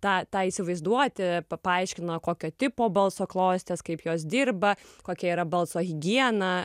tą tą įsivaizduoti pa paaiškina kokio tipo balso klostės kaip jos dirba kokia yra balso higiena